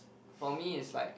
for me is like